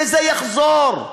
וזה יחזור.